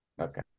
Okay